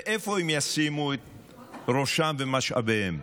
ואיפה הם ישימו ראשם, ומשאביהם,